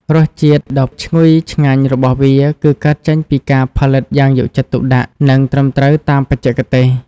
រសជាតិដ៏ឈ្ងុយឆ្ងាញ់របស់វា គឺកើតចេញពីការផលិតយ៉ាងយកចិត្តទុកដាក់ និងត្រឹមត្រូវតាមបច្ចេកទេស។